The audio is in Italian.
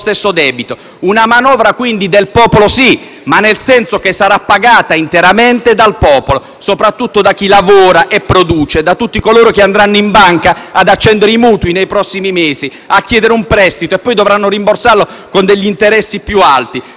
stesso debito. Dunque, una manovra del popolo, sì, ma nel senso che sarà pagata interamente dal popolo, soprattutto da chi lavora e produce, da tutti coloro che nei prossimi mesi andranno in banca ad accendere i mutui, a chiedere un prestito che poi dovranno rimborsare con degli interessi più alti,